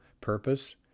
purpose